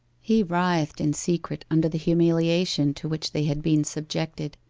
he writhed in secret under the humiliation to which they had been subjected,